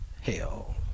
hell